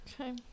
Okay